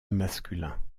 masculin